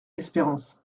espérance